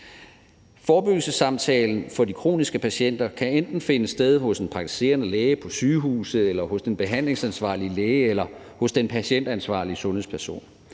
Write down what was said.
Forebyggelsessamtalen for de kroniske patienter kan enten finde sted hos en praktiserende læge, på sygehuset, hos den behandlingsansvarlige læge eller hos den patientansvarlige sundhedsperson.